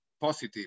positive